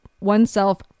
oneself